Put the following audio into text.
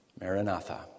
Maranatha